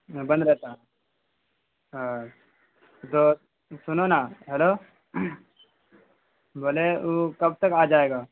بند رہتا ہے تو سنو نا ہیلو بولے وہ کب تک آ جائے گا